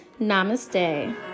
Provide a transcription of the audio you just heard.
namaste